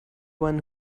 one